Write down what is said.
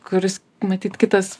kuris matyt kitas